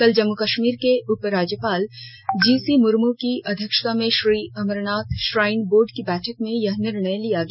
कल जम्मू कश्मीर र्व के उप राज्यपाल जीसी मुर्मू की अध्यक्षता में श्री अमरनाथ श्राइन बोर्ड की बैठक में यह निर्णय लिया गया